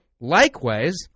Likewise